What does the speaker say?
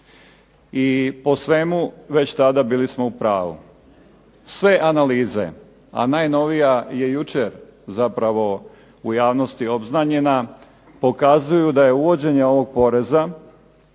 I po svemu, već tada bili smo u pravu. sve analize, a najnovija je jučer zapravo u javnosti obznanjena, pokazuju da je uvođenje ovog poreza